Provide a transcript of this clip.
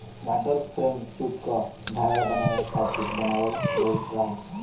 water frame सूत क धागा बनावे खातिर बनावल गइल रहे